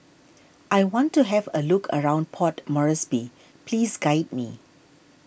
I want to have a look around Port Moresby please guide me